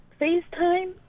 FaceTime